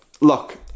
look